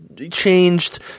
Changed